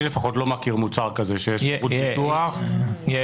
אני לפחות לא מכיר מוצר כזה שיש ברות ביטוח -- יש.